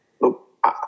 look